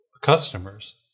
customers